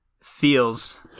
feels